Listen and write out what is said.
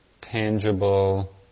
tangible